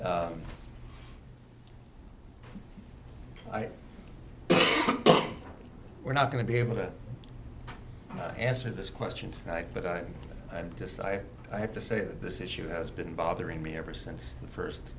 know we're not going to be able to answer this question but i'm i'm just i have to say that this issue has been bothering me ever since the first